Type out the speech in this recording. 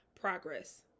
progress